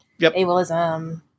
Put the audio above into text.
ableism